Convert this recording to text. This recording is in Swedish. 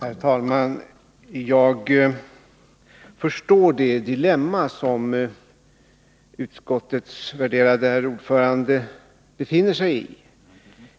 Herr talman! Jag förstår det dilemma som utskottets värderade herr ordförande befinner sig i.